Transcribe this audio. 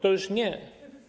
To już nie.